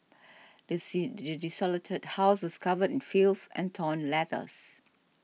this desolated house was covered in filth and torn letters